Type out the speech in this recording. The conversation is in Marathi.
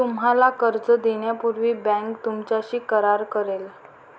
तुम्हाला कर्ज देण्यापूर्वी बँक तुमच्याशी करार करेल